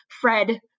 Fred